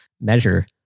measure